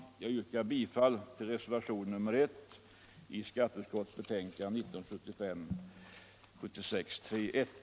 Jag yrkar bifall till reservationen 1 vid skatteutskottets betänkande 1975/76:31.